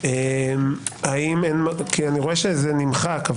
אני רואה שזה נמחק.